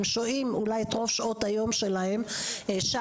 הם שוהים אולי את רוב שעות היום שלהם שם,